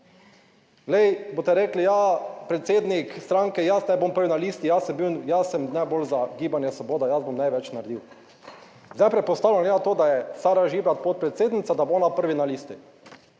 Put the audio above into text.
Glej, boste rekli, ja, predsednik stranke, jaz ne bom prvi na listi, jaz sem bil, jaz sem najbolj za Gibanje Svoboda, jaz bom največ naredil. Zdaj je, predpostavljam, glede na to, da je Sara Žibert podpredsednica, da bo ona prvi na listi.